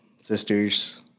sisters